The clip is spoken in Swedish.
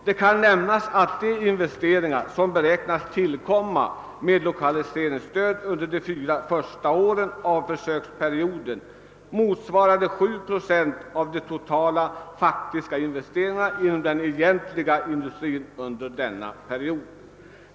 Det kan nämnas att de investeringar, som beräknades tillkomma med lokaliseringsstöd under de fyra första åren av försöksperioden, motsvarade 7 procent av de totala faktiska investeringarna inom den egentliga industrin under denna period.